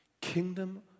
Kingdom